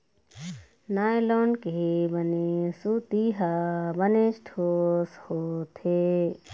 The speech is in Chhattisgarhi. नायलॉन के बने सूत ह बनेच ठोस होथे